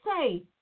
say